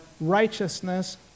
righteousness